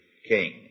King